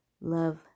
love